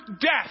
death